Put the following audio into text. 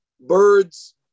birds